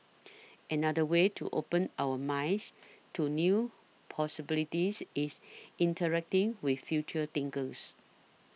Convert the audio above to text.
another way to open our minds to new possibilities is interacting with future thinkers